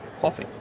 coffee